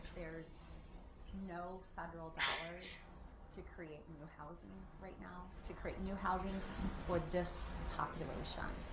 there is no federal dollars to create new housing right now, to create new housing for this population.